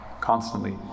constantly